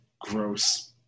Gross